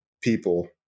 people